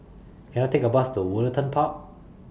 Can I Take A Bus to Woollerton Park